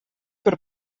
per